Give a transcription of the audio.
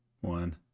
one